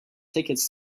tickets